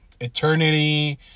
Eternity